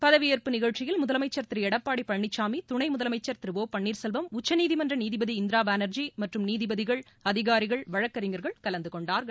பதவியேற்பு நிகழ்ச்சியில் முதலமைச்சர் திரு எடப்பாடி பழனிசாமி துணை முதலமைச்சர் திரு ஒ பள்ளீர்செல்வம் உச்சநீதிமன்ற நீதிபதி இந்திரா பானர்ஜி மற்றும் நீதிபதிகள் அதிகாரிகள் வழக்கறிஞர்கள் கலந்துகொண்டார்கள்